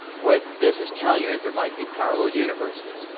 what this is telling you is there might be parallel universes.